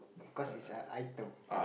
cause it's a item